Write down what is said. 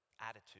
attitude